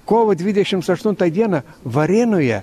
kovo dvidešimts aštuntą dieną varėnoje